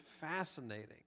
fascinating